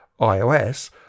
iOS